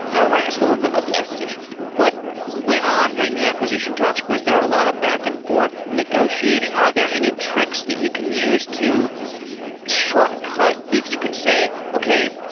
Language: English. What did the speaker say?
i want to ask a little bit about the acquisition. what went on during the acquisition talks? was there a lot of back and forth negotiating, or are there any tricks that you can use to shortcut? if you can say, okay.